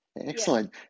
Excellent